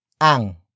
Ang